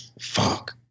fuck